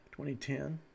2010